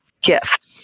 gift